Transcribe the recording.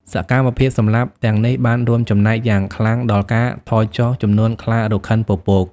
សកម្មភាពសម្លាប់ទាំងនេះបានរួមចំណែកយ៉ាងខ្លាំងដល់ការថយចុះចំនួនខ្លារខិនពពក។